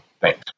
Thanks